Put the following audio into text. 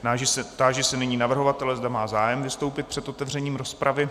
Táži se nyní navrhovatele, zda má zájem vystoupit před otevřením rozpravy.